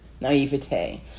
naivete